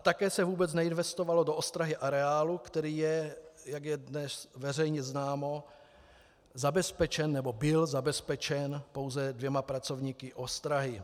Také se vůbec neinvestovalo do ostrahy areálu, který je, jak je dnes veřejně známo, zabezpečen, nebo byl zabezpečen pouze dvěma pracovníky ostrahy.